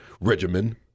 regimen